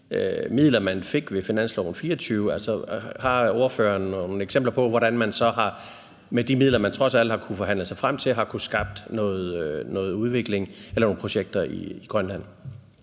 de midler, man fik ved finansloven for 2024? Har ordføreren nogle eksempler på, hvordan man så med de midler, man trods alt har kunnet forhandle sig frem til, har kunnet skabe noget udvikling eller nogle projekter i Grønland?